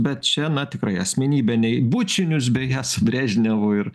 bet čia na tikrai asmenybė nei bučinius beje su brėžnevu ir